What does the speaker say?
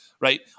right